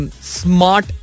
smart